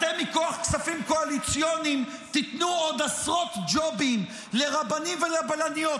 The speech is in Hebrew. מכוח כספים קואליציוניים אתם תיתנו עוד עשרות ג'ובים לרבנים ולבלניות,